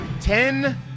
Ten